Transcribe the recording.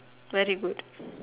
very good